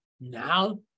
Now